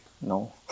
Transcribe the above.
no